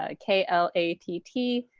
ah k l a t t